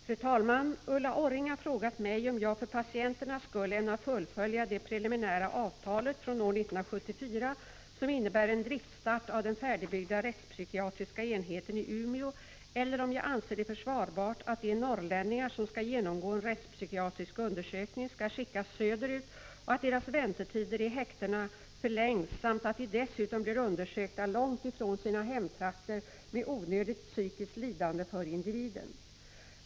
Fru talman! Ulla Orring har frågat mig om jag för patienternas skull ämnar fullfölja det preliminära avtalet från år 1974 som innebär en driftstart av den färdigbyggda rättspsykiatriska enheten i Umeå eller om jag anser det försvarbart att de norrlänningar som skall genomgå en rättspsykiatrisk undersökning skall skickas söderut och att deras väntetider i häktena förlängs samt att de dessutom blir undersökta långt ifrån sina hemtrakter med onödigt psykiskt lidande för individen.